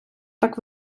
так